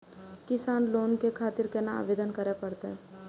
किसान लोन के खातिर केना आवेदन करें परतें?